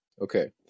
okay